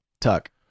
Tuck